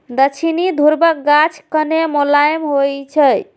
दक्षिणी ध्रुवक गाछ कने मोलायम होइ छै